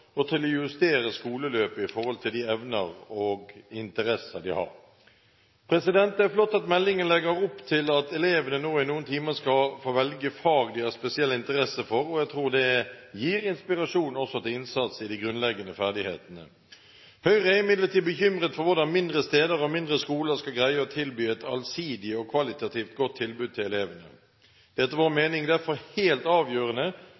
og til å justere skoleløpet etter de evner og interesser de har. Det er flott at meldingen legger opp til at elevene nå i noen timer skal få velge fag de har spesiell interesse for, og jeg tror dette gir inspirasjon også til innsats i de grunnleggende ferdighetene. Høyre er imidlertid bekymret for hvordan mindre steder og mindre skoler skal greie å tilby et allsidig og kvalitativt godt tilbud til elevene. Det er etter vår mening derfor helt avgjørende